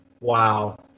wow